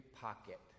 pocket